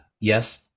Yes